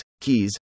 keys